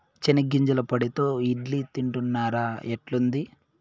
చెనిగ్గింజల పొడితో ఇడ్లీ తింటున్నారా, ఎట్లుంది